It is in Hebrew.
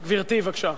גברתי, בבקשה.